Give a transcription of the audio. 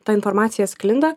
ta informacija sklinda